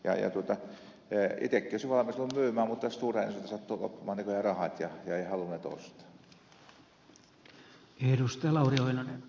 itsekin olisin ollut valmis myymään mutta stora ensolta sattui loppumaan näköjään rahat ja eivät halunneet ostaa